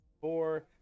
four